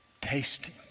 Tasting